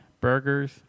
Burgers